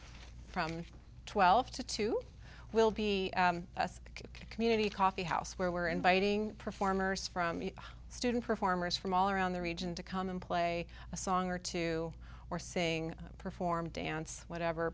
from twelve to two will be a community coffeehouse where we're inviting performers from student performers from all around the region to come and play a song or two or sing perform dance whatever